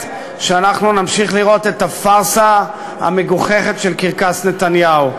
שאנחנו נמשיך לראות את הפארסה המגוחכת של קרקס נתניהו.